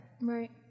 Right